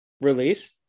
release